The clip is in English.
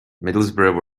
middlesbrough